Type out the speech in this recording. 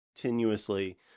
continuously